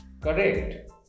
correct